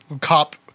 cop